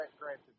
granted